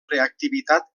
reactivitat